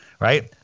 right